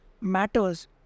matters